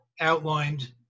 outlined